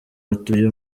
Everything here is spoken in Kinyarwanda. atuye